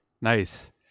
Nice